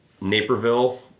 Naperville